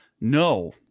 No